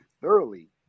thoroughly